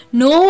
no